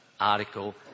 article